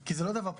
כי זה לא דבר פשוט.